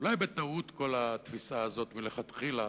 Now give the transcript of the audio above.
אולי בטעות כל התפיסה הזאת מלכתחילה.